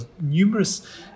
numerous